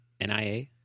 nia